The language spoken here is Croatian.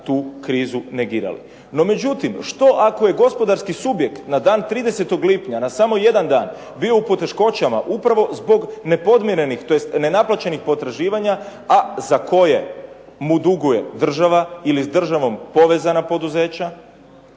tu krizu negirali. No međutim, što ako je gospodarski subjekt na dan 30. lipnja, na samo jedan dan bio u poteškoćama upravo zbog nepodmirenih tj. nenaplaćenih potraživanja, a za koje mu duguje država ili s državom povezana poduzeća,